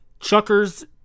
Chuckers